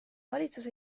valitsus